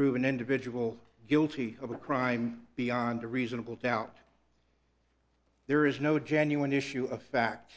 prove an individual guilty of a crime beyond a reasonable doubt there is no genuine issue of fact